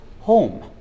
home